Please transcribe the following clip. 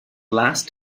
last